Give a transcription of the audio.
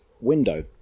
window